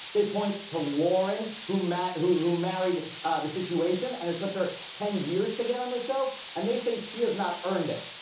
they point to lauren who who who married the situation, and it took her ten years to get on the show, and they say she has not earned it,